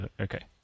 okay